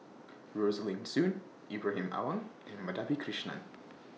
Rosaline Soon Ibrahim Awang and Madhavi Krishnan